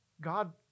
God